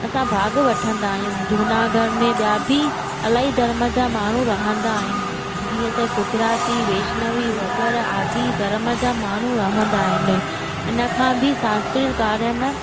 असां भागु वठंदा आहियूं जूनागढ़ में ॿिया बि अलाई धर्म जा माण्हू रहंदा आहिनि जीअं त गुजराती वैष्णवी वग़ैरह आदि धर्म जा माण्हू रहंदा आहिनि हिन खां बि सांस्कृतिक कार्य में